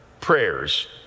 prayers